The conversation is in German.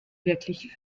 wirklich